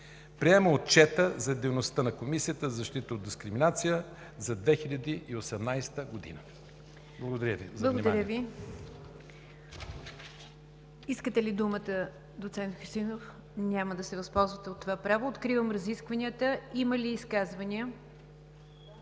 Приема Отчета за дейността на Комисията за защита от дискриминация за 2018 г“.“ Благодаря Ви за вниманието. ПРЕДСЕДАТЕЛ НИГЯР ДЖАФЕР: Благодаря Ви. Искате ли думата, доцент Хюсеинов? Няма да се възползвате от това право. Откривам разискванията. Има ли изказвания?